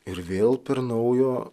ir vėl per naujo